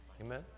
Amen